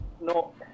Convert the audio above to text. no